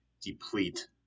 deplete